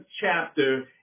chapter